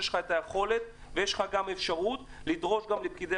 יש את היכולת וגם אפשרות לדרוש מפקידי